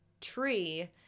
tree